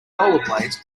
rollerblades